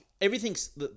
everything's